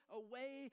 away